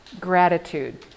gratitude